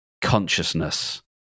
consciousness